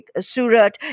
Surat